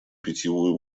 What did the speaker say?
питьевую